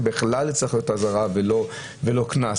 שזה צריך להיות אזהרה ולא קנס.